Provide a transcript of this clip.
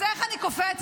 אז איך אני קופצת?